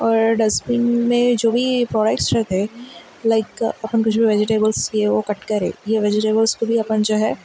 اور ڈسبن میں جو بھی پڑوڈکٹس رہتے لائک ہم کچھ بھی وجیٹیبلس لیے وہ کٹ کرے یہ ویجیٹیبلس کو بھی اپن جو ہے